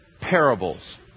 parables